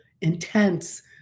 intense